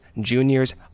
juniors